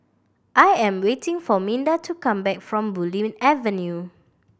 I am waiting for Minda to come back from Bulim Avenue